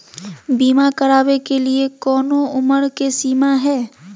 बीमा करावे के लिए कोनो उमर के सीमा है?